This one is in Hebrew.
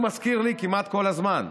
הוא מזכיר לי כמעט כל הזמן: